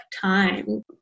time